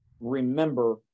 remember